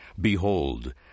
Behold